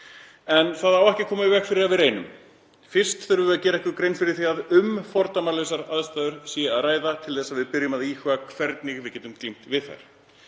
en það á ekki að koma í veg fyrir að við reynum. Við þurfum að gera okkur grein fyrir því að um fordæmalausar aðstæður sé að ræða til að við byrjum að íhuga hvernig við getum glímt við þær.